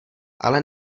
ale